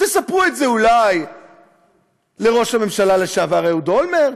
תספרו את זה אולי לראש הממשלה לשעבר אהוד אולמרט,